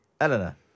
Eleanor